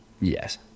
Yes